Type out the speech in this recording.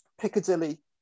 Piccadilly